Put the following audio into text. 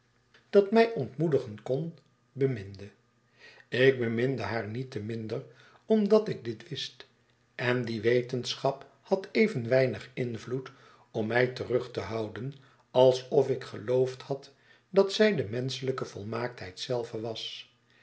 dat mij ontmoedigen kon beminde ik beminde haar niet te minder omdat ik dit wist en die wetenschap had even weinig invloed om mij terug te houden alsof ik geioofd had dat zij de menschelijke volmaaktheid zelve was